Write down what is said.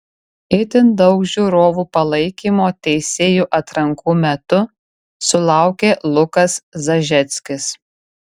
itin daug žiūrovų palaikymo teisėjų atrankų metu sulaukė lukas zažeckis